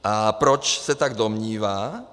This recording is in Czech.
A proč se tak domnívá?